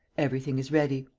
everything is ready.